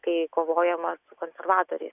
kai kovojama su konservatoriais